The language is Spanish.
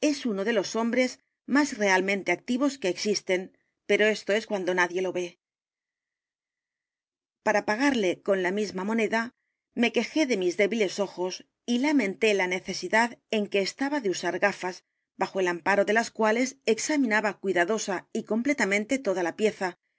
es uno de los edgalt poe novelas y cuentos hombres m á s realmente activos qué existen pero esto es cuando nadie lo v e p a r a pagarle con la misma moneda me quejé de mis débiles ojos y lamenté l a necesidad en que estaba de u s a r gafas bajo el amparo de las cuales examinaba cuidadosa y completamente toda la pieza